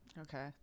Okay